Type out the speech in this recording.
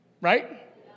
Right